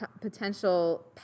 potential